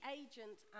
agent